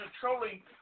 controlling